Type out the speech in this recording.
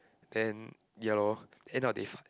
then ya lor then what if